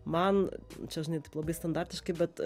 man čia žinai labai standartiškai bet